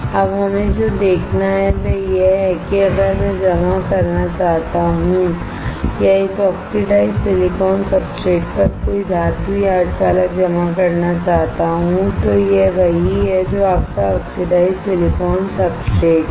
अब हमें जो देखना है वह यह है कि अगर मैं जमा करना चाहता हूं या इस ऑक्सीडाइज्ड सिलिकॉन सब्सट्रेट पर कोई धातु या सेमीकंडक्टर जमा करना चाहता हूं तो यह वही है जो आपका ऑक्सीडाइज्ड सिलिकॉन सब्सट्रेट है